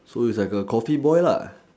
so is like a Coffee boy lah